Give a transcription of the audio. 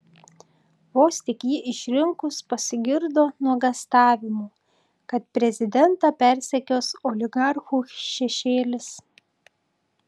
vos tik jį išrinkus pasigirdo nuogąstavimų kad prezidentą persekios oligarchų šešėlis